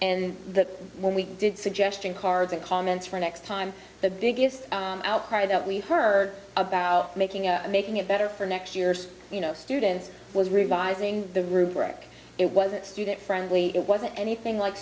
and that when we did suggestion cards and comments for next time the biggest outcry that we heard about making making it better for next year's you know students was revising the rubric it wasn't student friendly it wasn't anything like